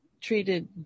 treated